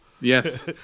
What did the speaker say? Yes